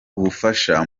ubufasha